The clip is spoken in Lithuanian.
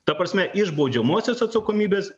ta prasme iš baudžiamosios atsakomybės